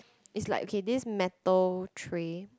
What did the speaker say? is like okay this metal tray